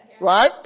right